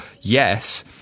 yes